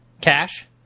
cash